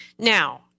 Now